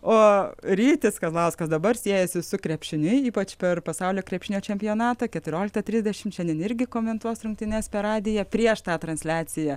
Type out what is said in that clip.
o rytis kazlauskas dabar siejasi su krepšiniu ypač per pasaulio krepšinio čempionatą keturioliktą trisdešim šiandien irgi komentuos rungtynes per radiją prieš tą transliaciją